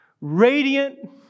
radiant